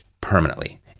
permanently